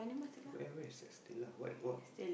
where where is that stellar wh~ what